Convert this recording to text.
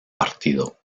partido